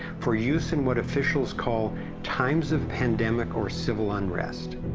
for use in what officials call times of pandemic or civil unrest.